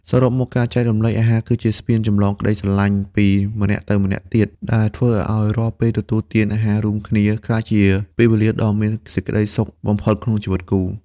សរុបមក ការចែករំលែកអាហារគឺជាស្ពានចម្លងក្ដីស្រឡាញ់ពីម្នាក់ទៅម្នាក់ទៀត ដែលធ្វើឱ្យរាល់ពេលទទួលទានអាហាររួមគ្នា ក្លាយជាពេលវេលាដ៏មានសេចក្ដីសុខបំផុតក្នុងជីវិតគូ។